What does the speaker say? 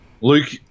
Luke